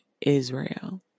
Israel